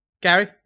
Gary